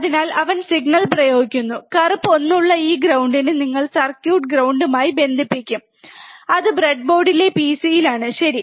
അതിനാൽ അവൻ സിഗ്നൽ പ്രയോഗിക്കുന്നു കറുപ്പ് 1 ഉള്ള ഈഗ്രൌണ്ടിന് നിങ്ങൾ സർക്യൂട്ട് ഗ്രൌണ്ട് മായി ബന്ധിപ്പിക്കും അത് ബ്രെഡ്ബോർഡിലെ പിസിയിലാണ് ശരി